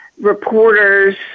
reporters